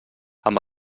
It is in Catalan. amb